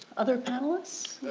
other panelists?